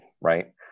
right